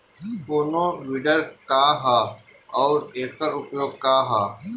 कोनो विडर का ह अउर एकर उपयोग का ह?